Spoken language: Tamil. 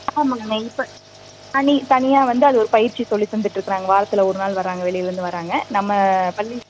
ஆமாங்க இப்போ ஆ நீ தனியாக வந்து அது ஒரு பயிற்சி சொல்லித் தந்துட்டிருக்கறாங்க வாரத்தில் ஒரு நாள் வராங்க வெளியிலருந்து வராங்க நம்ம பள்ளி